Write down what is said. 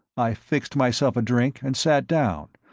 i fixed myself a drink and sat down,